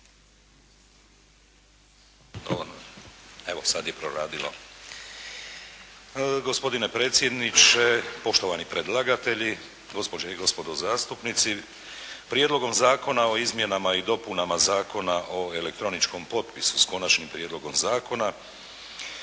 Zvonimir (HDZ)** Gospodine predsjedniče, poštovani predlagatelji, gospođe i gospodo zastupnici. Prijedlogom zakona o izmjenama i dopunama Zakona o elektroničkom potpisu, s konačnim prijedlogom zakona,